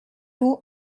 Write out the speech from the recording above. vous